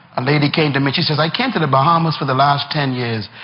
a lady came to me, she says, i came to the bahamas for the last ten years,